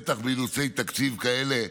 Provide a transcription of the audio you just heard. בטח באילוצי תקציב כאלה,